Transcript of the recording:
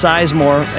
Sizemore